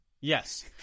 Yes